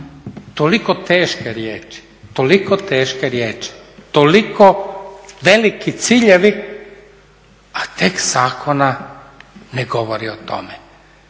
toliko teške riječi, toliko veliki ciljevi a tekst zakona ne govori o tome,